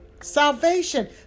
Salvation